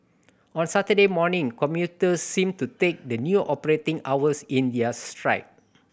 on Saturday morning commuters seemed to take the new operating hours in their stride